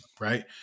right